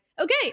okay